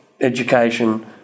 education